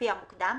לפי המוקדם,